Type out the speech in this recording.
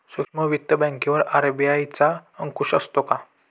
सूक्ष्म वित्त बँकेवर आर.बी.आय चा अंकुश असतो का?